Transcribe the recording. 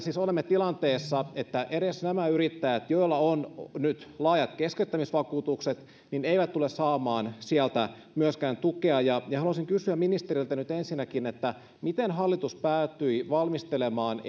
siis olemme tilanteessa että edes nämä yrittäjät joilla on nyt laajat keskeyttämisvakuutukset eivät tule saamaan sieltä tukea haluaisin kysyä ministeriltä nyt ensinnäkin miten hallitus päätyi valmistelemaan